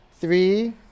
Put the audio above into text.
Three